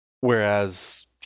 whereas